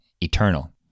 eternal